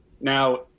Now